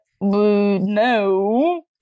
No